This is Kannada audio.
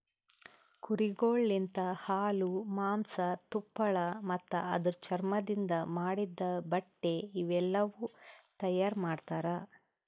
ಕುರಿಗೊಳ್ ಲಿಂತ ಹಾಲು, ಮಾಂಸ, ತುಪ್ಪಳ ಮತ್ತ ಅದುರ್ ಚರ್ಮದಿಂದ್ ಮಾಡಿದ್ದ ಬಟ್ಟೆ ಇವುಯೆಲ್ಲ ತೈಯಾರ್ ಮಾಡ್ತರ